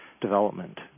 development